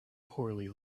poorly